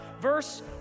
verse